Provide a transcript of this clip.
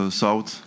south